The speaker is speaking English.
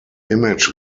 image